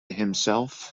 himself